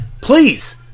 Please